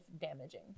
damaging